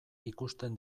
ikusten